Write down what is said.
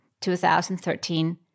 2013